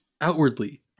outwardly